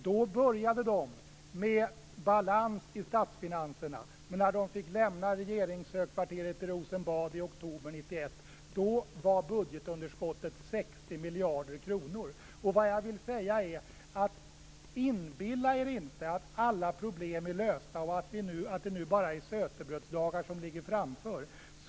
Då började de med balans i statsfinanserna. Men när de fick lämna regeringshögkvarteret i Rosenbad i oktober 1991, var budgetunderskottet 60 Vad jag vill säga är: Inbilla er inte att alla problem är lösta och att det nu bara är sötebrödsdagar som ligger framför oss!